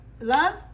love